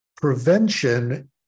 prevention